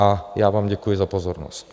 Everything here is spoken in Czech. A já vám děkuji za pozornost.